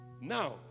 now